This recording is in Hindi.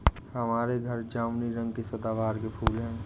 हमारे घर जामुनी रंग के सदाबहार के फूल हैं